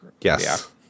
yes